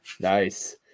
Nice